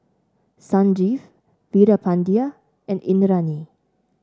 Sanjeev Veerapandiya and Indranee